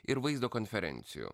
ir vaizdo konferencijų